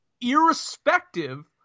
irrespective